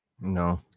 no